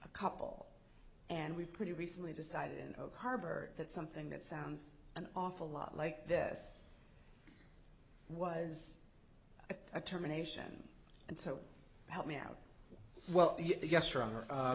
a couple and we've pretty recently decided in oak harbor that something that sounds an awful lot like this was a terminations and so help me out well